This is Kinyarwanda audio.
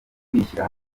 kwishyira